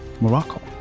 Morocco